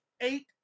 eight